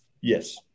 Yes